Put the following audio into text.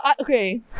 okay